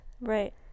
right